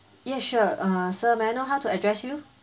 yes sure err sir may I know how to address you